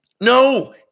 No